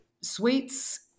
Sweets